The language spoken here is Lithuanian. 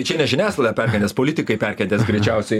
čia ne žiniasklaida perkentės politikai perkentės greičiausiai